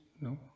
no